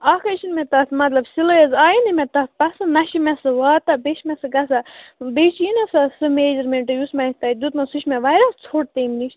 اَکھ حظ چھُنہٕ مےٚ تَتھ مطلب سِلٲے حظ آیہِ نہٕ مےٚ تَتھ پسنٛد نَہ چھِ مےٚ سُہ واتان بیٚیہِ چھِ مےٚ سُہ گژھان بیٚیہِ چھِیی نہٕ سُہ سُہ میجَرمٮ۪نٛٹ یُس مےٚ اَتہِ تۄہہِ دیُتمو سُہ چھُ مےٚ واریاہ ژھوٚت تَمۍ نِش